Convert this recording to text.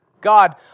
God